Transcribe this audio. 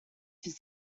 his